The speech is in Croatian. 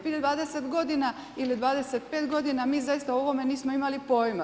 Prije 20 godina ili 25 godina mi zaista o ovome nismo imali pojma.